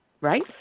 Right